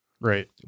Right